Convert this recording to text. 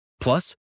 Plus